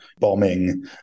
bombing